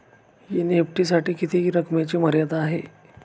NEFT साठी किती रकमेची मर्यादा आहे?